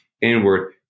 inward